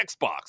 Xbox